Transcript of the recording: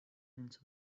into